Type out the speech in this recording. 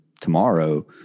tomorrow